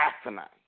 asinine